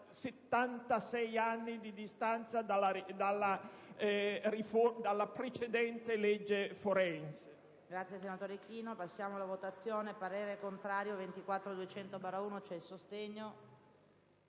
76 anni di distanza dalla precedente legge forense.